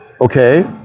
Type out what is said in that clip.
Okay